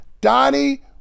Donnie